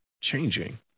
changing